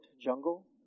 jungle